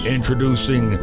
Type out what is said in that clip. Introducing